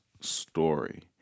story